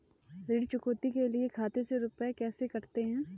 ऋण चुकौती के लिए खाते से रुपये कैसे कटते हैं?